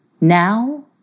Now